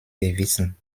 gewissen